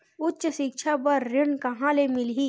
उच्च सिक्छा बर ऋण कहां ले मिलही?